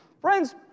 friends